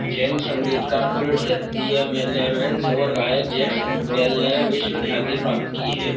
जैन संगीतकार Toots Thielemans और गायक जैक्स बेल ने विश्व ख्याति प्राप्त की है